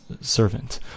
servant